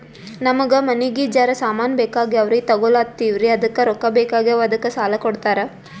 ನಮಗ ಮನಿಗಿ ಜರ ಸಾಮಾನ ಬೇಕಾಗ್ಯಾವ್ರೀ ತೊಗೊಲತ್ತೀವ್ರಿ ಅದಕ್ಕ ರೊಕ್ಕ ಬೆಕಾಗ್ಯಾವ ಅದಕ್ಕ ಸಾಲ ಕೊಡ್ತಾರ?